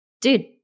dude